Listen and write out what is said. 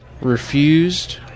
refused